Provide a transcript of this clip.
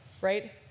right